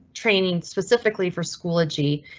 training specifically for schoology,